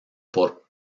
por